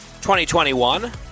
2021